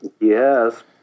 Yes